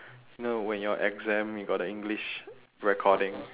no when your exam you got the english recording